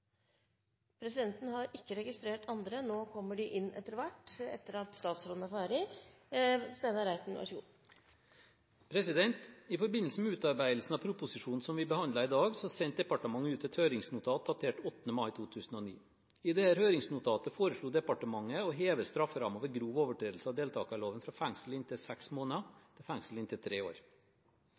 Presidenten har ikke registrert andre, men nå kommer de inn etter hvert etter at statsråden er ferdig. I forbindelse med utarbeidelsen av Prop. 59 L, som vi behandler i dag, sendte departementet ut et høringsnotat, datert 8. mai 2009. I dette høringsnotatet foreslo departementet å heve strafferammen ved grov overtredelse av deltakerloven fra fengsel i inntil seks måneder til fengsel i inntil tre år.